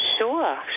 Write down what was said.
Sure